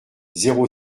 zéro